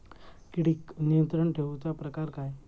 किडिक नियंत्रण ठेवुचा प्रकार काय?